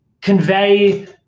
convey